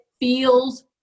feels